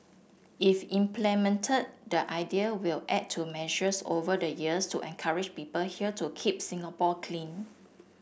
if implemented the idea will add to measures over the years to encourage people here to keep Singapore clean